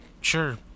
Sure